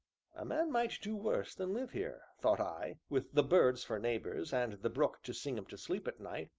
a man might do worse than live here, thought i, with the birds for neighbors, and the brook to sing him to sleep at night.